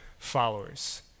followers